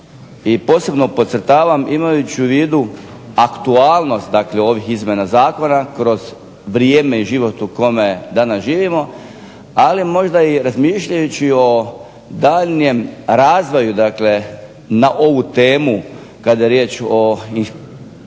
i posebno podcrtavam imajući u vidu aktualnost dakle ovih izmjena zakona kroz vrijeme i život u kome danas živimo, ali možda i razmišljajući o daljnjem razvoju dakle na ovu temu kada je riječ o korištenju,